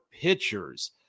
pitchers